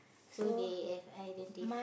so they have identify